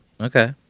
Okay